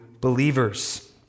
believers